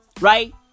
Right